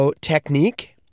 technique